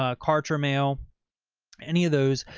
ah kartra mail any of those,